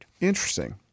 Interesting